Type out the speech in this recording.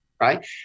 Right